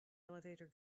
elevator